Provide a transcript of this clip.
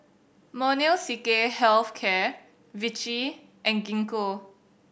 Molnylcke Health Care Vichy and Gingko